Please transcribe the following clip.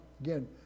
again